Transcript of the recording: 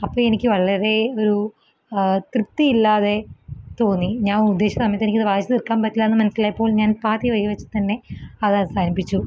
അപ്പം എനിക്ക് വളരെ ഒരു തൃപ്തിയില്ലാതെ തോന്നി ഞാന് ഉദ്ദേശിച്ച സമയത്ത് എനിക്ക് അത് വായിച്ചു തീര്ക്കാന് പറ്റില്ല എന്ന് മനസ്സിലായപ്പോള് ഞാന് പാതി വഴിയില് വച്ചു തന്നെ അത് അവസാനിപ്പിച്ചു